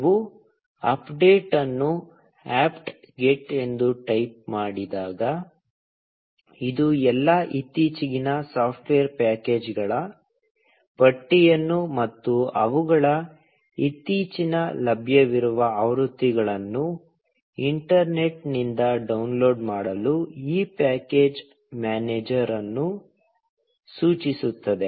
ನೀವು ಅಪ್ಡೇಟ್ ಅನ್ನು apt get ಎಂದು ಟೈಪ್ ಮಾಡಿದಾಗ ಇದು ಎಲ್ಲಾ ಇತ್ತೀಚಿನ ಸಾಫ್ಟ್ವೇರ್ ಪ್ಯಾಕೇಜ್ಗಳ ಪಟ್ಟಿಯನ್ನು ಮತ್ತು ಅವುಗಳ ಇತ್ತೀಚಿನ ಲಭ್ಯವಿರುವ ಆವೃತ್ತಿಗಳನ್ನು ಇಂಟರ್ನೆಟ್ನಿಂದ ಡೌನ್ಲೋಡ್ ಮಾಡಲು ಈ ಪ್ಯಾಕೇಜ್ ಮ್ಯಾನೇಜರ್ ಅನ್ನು ಸೂಚಿಸುತ್ತದೆ